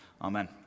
Amen